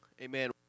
Amen